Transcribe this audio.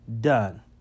Done